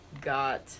got